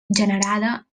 generada